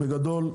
בגדול,